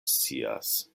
scias